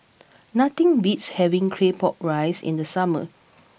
nothing beats having Claypot Rice in the summer